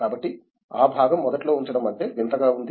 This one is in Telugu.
కాబట్టి ఆ భాగం మొదట్లో ఉంచడం అంటే వింతగా ఉంది